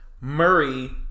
Murray